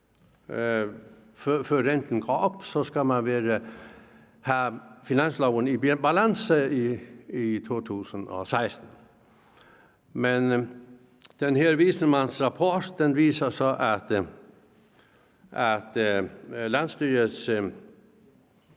før renten går op, skal man have finansloven i balance i 2016. Men den her vismandsrapport viser så, at landsstyrets